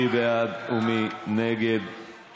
מי בעד ומי נגד?